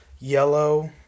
yellow